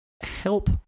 help